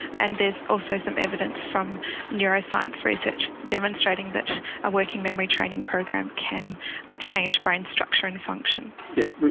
and there's also some evidence from neuroscience research demonstrating that a working memory training program can change brain structure and function. yes,